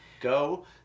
go